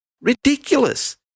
Ridiculous